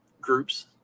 groups